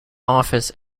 office